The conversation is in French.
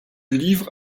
livre